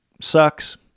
sucks